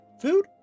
Food